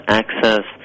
access